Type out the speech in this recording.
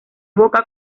boca